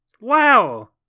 wow